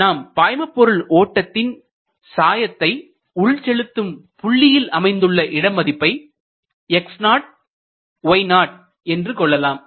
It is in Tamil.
நாம் பாய்மபொருள் ஓட்டத்தின் சாயத்தை உள் செலுத்தும் புள்ளி அமைந்துள்ள இடமதிப்பை x0y0 என்று கொள்ளலாம்